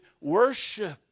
worship